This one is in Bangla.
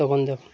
তখন য